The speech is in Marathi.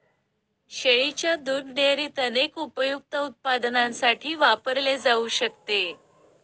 शेळीच्या दुध डेअरीत अनेक उपयुक्त उत्पादनांसाठी वापरले जाऊ शकते